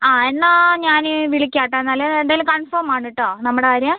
ആ എന്നാൽ ഞാൻ വിളിക്കാം കേട്ടോ എന്നാൽ എന്തായാലും കൺഫോം ആണ് കേട്ടോ നമ്മുടെ കാര്യം